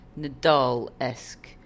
Nadal-esque